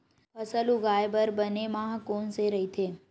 फसल उगाये बर बने माह कोन से राइथे?